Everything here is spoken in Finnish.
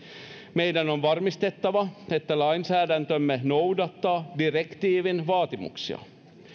meidän on varmistettava että lainsäädäntömme noudattaa direktiivin vaatimuksia